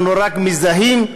אנחנו רק מזהים,